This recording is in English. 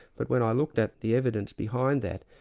but when i looked at the evidence behind that,